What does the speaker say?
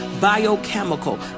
biochemical